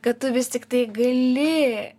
kad tu vis tiktai gali